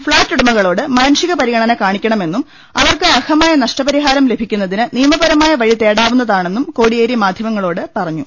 ഫ്ളാറ്റുടമകളോട് മാനുഷിക പരിഗണന കാണിക്കണമെന്നും അവർക്ക് അർഹമായ നഷ്ടപരിഹാരം ലഭിക്കുന്നതിന് നിയമപരമായ വഴി തേടാ വുന്നതാണെന്നും കോടിയേരി മാധ്യമങ്ങളോട് പറഞ്ഞു